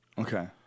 Okay